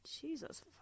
Jesus